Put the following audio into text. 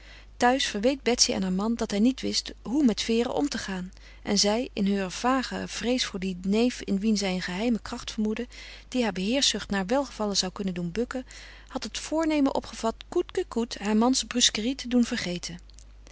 thuis verweet betsy aan haar man dat hij niet wist hoe met vere om te gaan en zij in heur vage vrees voor dien neef in wien zij een geheime kracht vermoedde die haar heerschzucht naar welgevallen zou kunnen doen bukken had het voornemen opgevat coûte que coûte haar mans brusquerie te doen vergeten